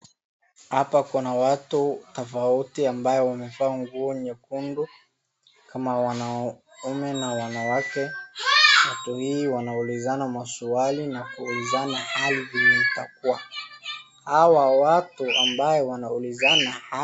Hapa kuna watu tofauti ambao wamevaa nguo nyekundu kama wanaume na wanawake. Watu hawa wanaulizana maswali na kuulizana hali venye itakuwa. Hawa watu ambao wanaulizana hali.